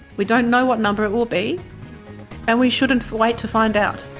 we don't know what number it will be and we shouldn't wait to find out.